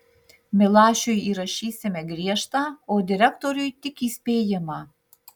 milašiui įrašysime griežtą o direktoriui tik įspėjimą